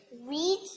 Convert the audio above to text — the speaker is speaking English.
read